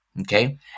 Okay